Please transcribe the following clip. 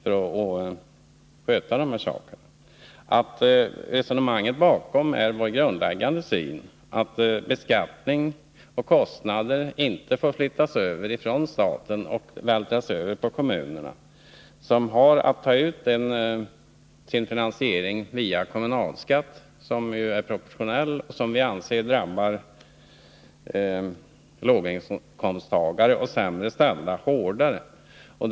Resonemanget bakom motionen bygger på vår grundläggande syn att kostnader inte får vältras över från staten till kommunerna, eftersom kommunalskatten är proportionell och drabbar låginkomsttagare och de sämst ställda hårdast.